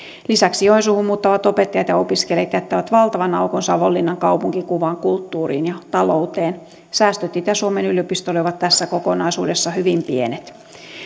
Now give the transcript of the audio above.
lisäksi joensuuhun muuttavat opettajat ja opiskelijat jättävät valtavan aukon savonlinnan kaupunkikuvaan kulttuuriin ja talouteen säästöt itä suomen yliopistolle ovat tässä kokonaisuudessa hyvin pienet